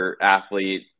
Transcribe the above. athlete